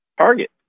target